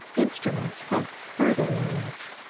instruments of further learnings.